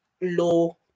low